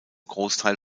großteil